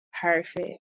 Perfect